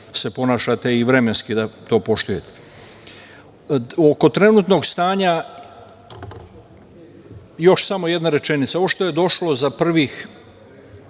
se ponašate i vremenski to da poštujete. Oko trenutnog stanja još samo jedna rečenica, ovo što je došlo za prvih